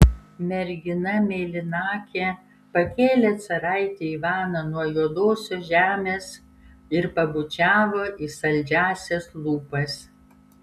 mergina mėlynakė pakėlė caraitį ivaną nuo juodosios žemės ir pabučiavo į saldžiąsias lūpas